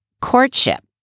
courtship